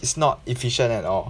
it's not efficient at all